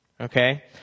Okay